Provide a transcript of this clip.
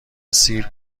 سیر